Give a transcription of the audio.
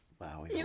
Wow